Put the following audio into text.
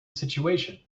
situation